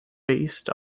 based